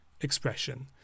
expression